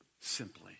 simply